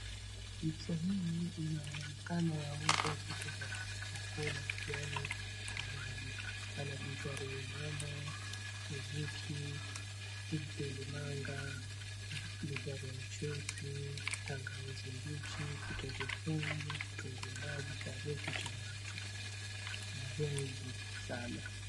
Ni sehemu inaonekana yauza vitu vya chakula yani hawadhi pana bizari nyembamba, iliki, pilipili manga, bizari ya mchuzi, tangawizi mbichi, kitunguu saumu, kitunguu maji, karoti, tomato na vingi sana.